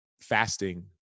fasting